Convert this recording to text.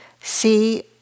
see